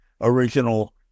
original